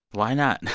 why not?